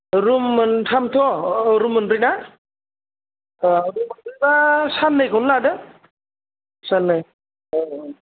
room मोन्थाम थ' अ रुम मोनब्रै ना ओ रुम मोनब्रैबा सान्नैखौनो लादो सान्नै अ अ